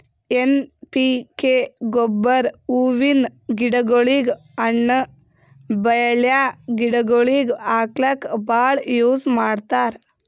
N P K ಗೊಬ್ಬರ್ ಹೂವಿನ್ ಗಿಡಗೋಳಿಗ್, ಹಣ್ಣ್ ಬೆಳ್ಯಾ ಗಿಡಗೋಳಿಗ್ ಹಾಕ್ಲಕ್ಕ್ ಭಾಳ್ ಯೂಸ್ ಮಾಡ್ತರ್